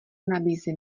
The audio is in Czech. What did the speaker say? nabízí